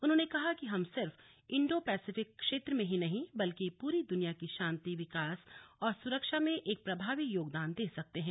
उन्होंने कहा कि हम सिर्फ इंडो पैसिफिक क्षेत्र में ही नहीं बल्कि पूरी दुनिया की शांति विकास और सुरक्षा में एक प्रभावी योगदान दे सकते हैं